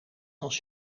als